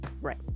right